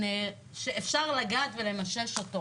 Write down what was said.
שאפשר לגעת ולמשש אותו.